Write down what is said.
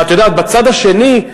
את יודעת, בצד השני,